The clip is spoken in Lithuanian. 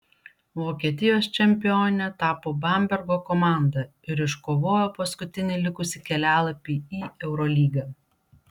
vokietijos čempione tapo bambergo komanda ir iškovojo paskutinį likusį kelialapį į eurolygą